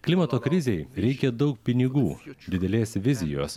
klimato krizei reikia daug pinigų didelės vizijos